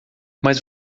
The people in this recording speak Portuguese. mas